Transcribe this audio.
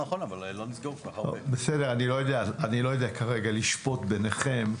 אני לא יודע כרגע לשפוט ביניכם.